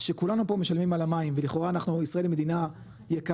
שכולנו פה משלמים על המים ולכאורה אנחנו ישראל היא מדינה יקרה,